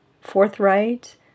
forthright